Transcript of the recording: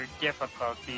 difficulty